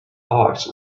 hawks